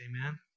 Amen